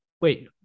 wait